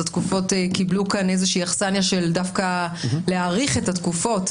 אז התקופות קיבלו כאן אכסניה של דווקא להאריך את התקופות,